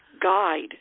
guide